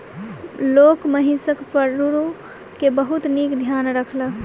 लोक महिषक पड़रू के बहुत नीक ध्यान रखलक